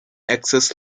excess